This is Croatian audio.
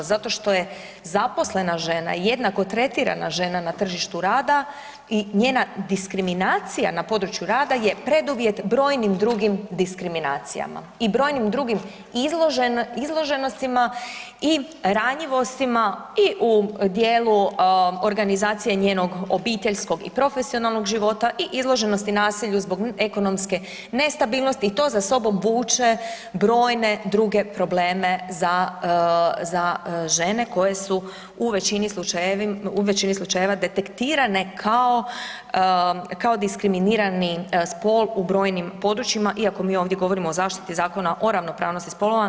Zato što je zaposlena žena i jednako tretirana žena na tržištu rada i njena diskriminacija na području rada je preduvjet brojnim drugim diskriminacijama i brojim drugim izloženostima i ranjivostima i u dijelu organizacije njenog obiteljskog i profesionalnog života i izloženosti nasilju zbog ekonomske nestabilnosti i to za sobom vuče brojne druge probleme za žene koje su u većini slučajeva detektirane kao diskriminirani spol u brojnim područjima, iako mi ovdje govorimo o zaštiti Zakona o ravnopravnosti spolova.